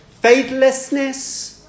faithlessness